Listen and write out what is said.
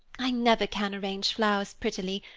i never can arrange flowers prettily,